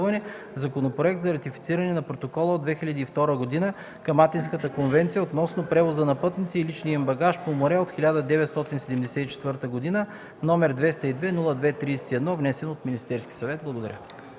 Законопроект за ратифициране на Протокола от 2002 г. към Атинската конвенция относно превоза на пътници и личния им багаж по море от 1974 г., № 202-02-31, внесен от Министерския съвет на